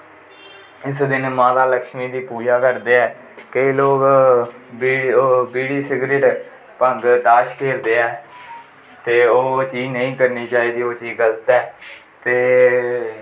इस दिन माता लक्ष्मी दी पुजा करदे ऐ केईं लोक बिडी सिगरट भङ दारु ताश खैलदे ऐ ते ओह् चीज नेईं करनी चाहिदी ओह् चीज गल्त ऐ ते